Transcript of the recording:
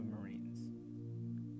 Marines